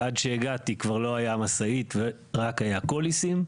ועד שהגעתי כבר לא הייתה משאית ורק היה קוליסים.